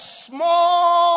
small